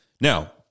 Now